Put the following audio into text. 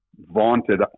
vaunted